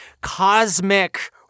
cosmic